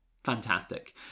Fantastic